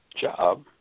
job